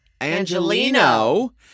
Angelino